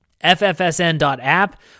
Ffsn.app